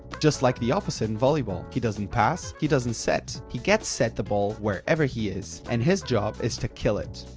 just like the opposite in volleyball. he doesn't pass, he doesn't set, he gets set the ball wherever he is, and his job is to kill it.